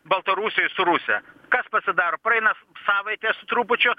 baltarusijoj su rusija kas pasidaro praeina savaitė su trupučiu